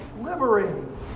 liberating